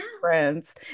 friends